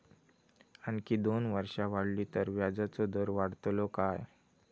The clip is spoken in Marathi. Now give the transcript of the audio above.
आणखी दोन वर्षा वाढली तर व्याजाचो दर वाढतलो काय?